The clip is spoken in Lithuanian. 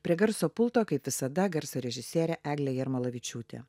prie garso pulto kaip visada garso režisierė eglė jarmalavičiūtė